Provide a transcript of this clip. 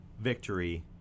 victory